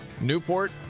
Newport